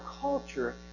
culture